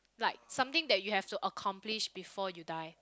like something that you have to accomplish before you die